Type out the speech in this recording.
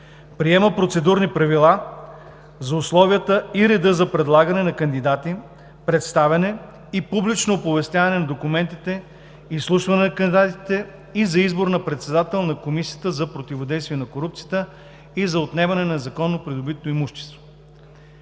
Приема Процедурни правила за условията и реда за предлагане на кандидати, представяне и публично оповестяване на документите, изслушване на кандидатите и за избор на председател на Комисията за противодействие на корупцията и за отнемане на незаконно придобитото имущество.